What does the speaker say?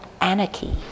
anarchy